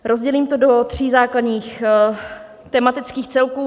Rozdělím to do tří základních tematických celků.